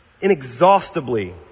inexhaustibly